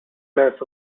flash